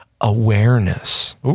awareness